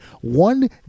one